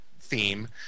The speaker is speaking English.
theme